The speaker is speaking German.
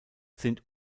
sind